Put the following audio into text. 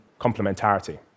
complementarity